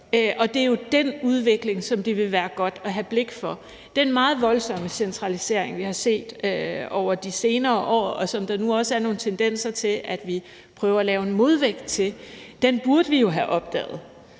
Det er jo den udvikling, som det vil være godt at have blik for. Den meget voldsomme centralisering, vi har set over de senere år, og som der nu også er nogle tendenser til at vi prøver at lave en modvægt til, burde vi jo have opdaget.